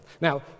Now